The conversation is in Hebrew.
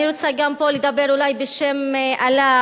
אני רוצה גם פה לדבר בשם עלאא,